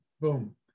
boom